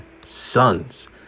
sons